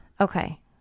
Okay